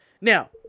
Now